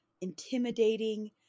intimidating